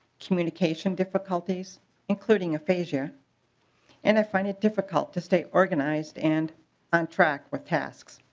communication difficulties including aphasia and i find it difficult to stay organized and on track with tasks.